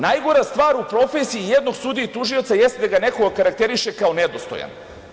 Najgora stvar u profesiji jednog sudije i tužioca jeste da neko okarakteriše kao nedostojan.